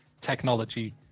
technology